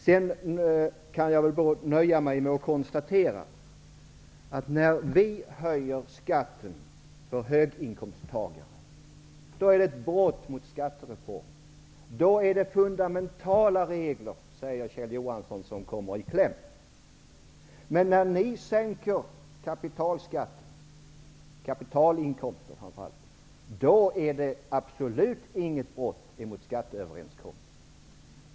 Sedan kan jag nöja mig med att konstatera att när vi höjer skatten för höginkomsttagare då är det ett brott mot skattereformen, då är det fundamentala regler som kommer i kläm, säger Kjell Johansson. Men när ni sänker skatten på framför allt kapitalinkomster då är det absolut inget brott mot skatteöverenskommelsen.